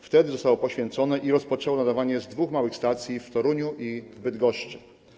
Wtedy zostało poświęcone i rozpoczęło nadawanie z dwóch małych stacji w Toruniu i Bydgoszczy.